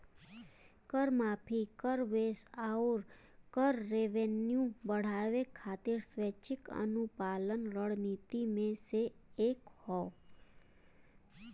कर माफी, कर बेस आउर कर रेवेन्यू बढ़ावे खातिर स्वैच्छिक अनुपालन रणनीति में से एक हौ